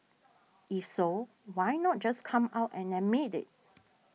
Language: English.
if so why not just come out and admit it